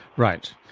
right.